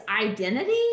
identity